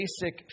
basic